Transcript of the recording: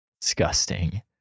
disgusting